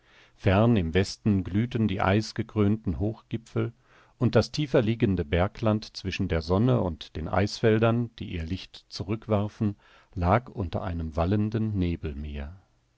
fern im westen glühten die eisgekrönten hochgipfel und das tieferliegende bergland zwischen der sonne und den eisfeldern die ihr licht zurückwarfen lag unter einem wallenden nebelmeer